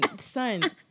son